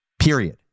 period